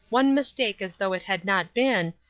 one mistake as though it had not been,